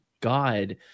God